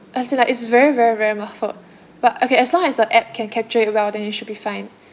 I feel like is very very very muffled but okay as long as the app can capture it well then it should be fine